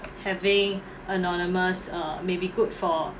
having anonymous err may be good for